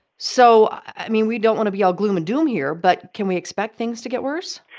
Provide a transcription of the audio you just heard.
so, i mean, we don't want to be all gloom and doom here, but can we expect things to get worse?